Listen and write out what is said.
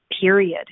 period